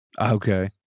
Okay